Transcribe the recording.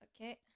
Okay